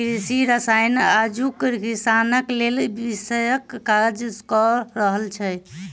कृषि रसायन आजुक किसानक लेल विषक काज क रहल छै